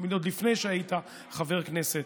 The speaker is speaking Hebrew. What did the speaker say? עוד לפני שהיית חבר כנסת.